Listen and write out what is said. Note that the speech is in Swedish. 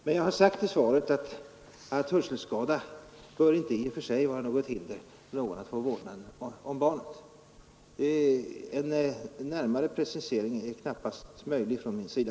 Men jag har anfört i svaret att hörselskada inte i och för sig bör vara något hinder för någon att få vårdnaden om barnet. En närmare precisering är knappast möjlig från min sida.